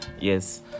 Yes